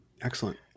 Excellent